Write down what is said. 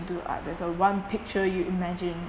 do art there's a one picture you imagine